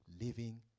living